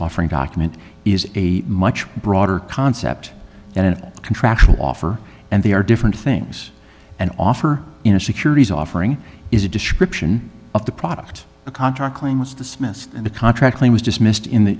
offering document is a much broader concept than a contractual offer and they are different things and offer in a securities offering is a description of the product the contract claim was dismissed and the contract claim was dismissed in the